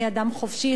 אני אדם חופשי,